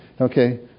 Okay